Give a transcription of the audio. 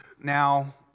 now